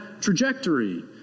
trajectory